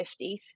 1950s